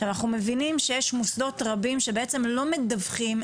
עכשיו אנחנו מבינים שיש מוסדות רבים שבצם לא מדווחים,